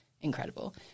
incredible